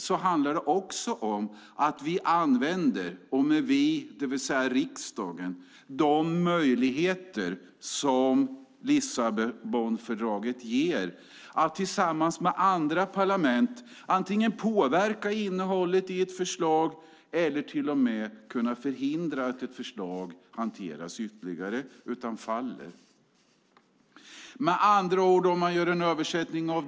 Det handlar om att vi i riksdagen utnyttjar de möjligheter som Lissabonfördraget ger att tillsammans med andra parlament antingen påverka innehållet i ett förslag eller till och med förhindra att förslaget antas.